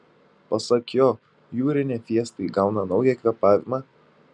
pasak jo jūrinė fiesta įgauna naują kvėpavimą